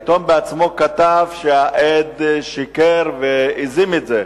העיתון עצמו כתב שהעד שיקר והזים את זה.